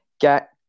get